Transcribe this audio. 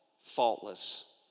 Faultless